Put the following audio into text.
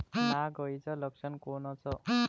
नाग अळीचं लक्षण कोनचं?